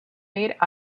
made